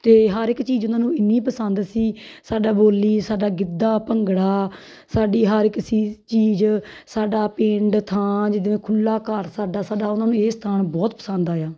ਅਤੇ ਹਰ ਇੱਕ ਚੀਜ਼ ਉਹਨਾਂ ਨੂੰ ਇੰਨੀ ਪਸੰਦ ਸੀ ਸਾਡਾ ਬੋਲੀ ਸਾਡਾ ਗਿੱਧਾ ਭੰਗੜਾ ਸਾਡੀ ਹਰ ਇੱਕ ਸੀ ਚੀਜ਼ ਸਾਡਾ ਪਿੰਡ ਥਾਂ ਜਿੱਦਾਂ ਖੁੱਲ੍ਹਾ ਘਰ ਸਾਡਾ ਸਾਡਾ ਉਹਨਾਂ ਨੂੰ ਇਹ ਸਥਾਨ ਬਹੁਤ ਪਸੰਦ ਆਇਆ